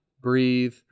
breathe